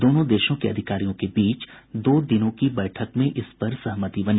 दोनों देशों के अधिकारियों के बीच दो दिन की बैठक में इस पर सहमति बनी